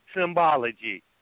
symbology